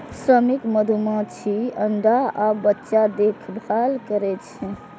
श्रमिक मधुमाछी अंडा आ बच्चाक देखभाल करै छै